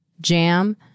jam